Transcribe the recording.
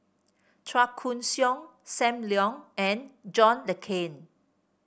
Chua Koon Siong Sam Leong and John Le Cain